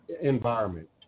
environment